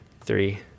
three